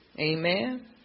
Amen